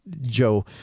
Joe